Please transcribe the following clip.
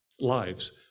lives